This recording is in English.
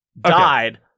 died